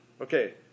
Okay